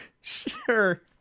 Sure